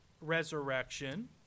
resurrection